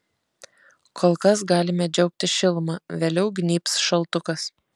kol kas galime džiaugtis šiluma vėliau gnybs šaltukas